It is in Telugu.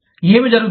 ఏమి జరుగుతుంది